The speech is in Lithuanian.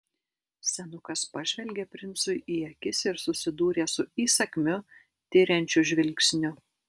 senukas pažvelgė princui į akis ir susidūrė su įsakmiu tiriančiu žvilgsniu